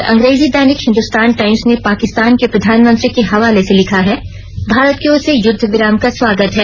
और अंग्रेजी दैनिक हिन्दुस्तान टाईम्स ने पकिस्तान के प्रधानमंत्री के हवाले से लिखा है भारत की ओर से युद्ध विराम का स्वागत है